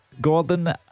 Gordon